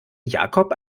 jakob